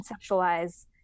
conceptualize